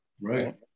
Right